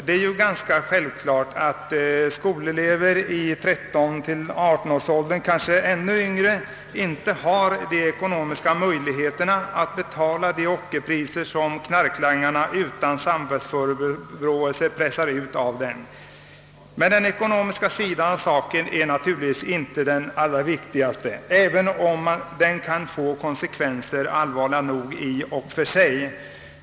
Det är ganska självklart att skolungdomar i 13—18-årsåldern inte har ekonomiska möjligheter att betala de ockerpriser som knarklangarna utan samvetsförebråelser pressar ut. Den ekonomiska sidan av saken är dock inte den viktigaste, även om den i och för sig kan få allvarliga konsekvenser.